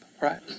right